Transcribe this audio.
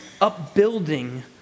upbuilding